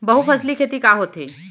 बहुफसली खेती का होथे?